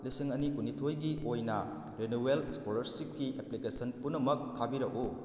ꯂꯤꯁꯤꯡ ꯑꯅꯤ ꯀꯨꯟꯅꯤꯊꯣꯏꯒꯤ ꯑꯣꯏꯅ ꯔꯦꯅꯨꯋꯦꯜ ꯏꯁꯀꯣꯂꯥꯔꯁꯤꯞꯀꯤ ꯑꯦꯄ꯭ꯂꯤꯀꯦꯁꯟ ꯄꯨꯝꯅꯃꯛ ꯊꯥꯕꯤꯔꯛꯎ